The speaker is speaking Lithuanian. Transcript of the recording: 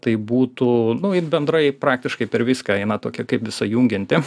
tai būtų nu bendrai praktiškai per viską eina tokia kaip visa jungianti